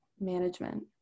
management